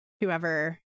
whoever